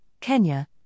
Kenya